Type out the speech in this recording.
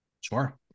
sure